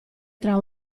tra